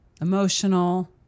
emotional